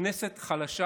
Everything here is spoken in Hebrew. הכנסת חלשה,